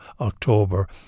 October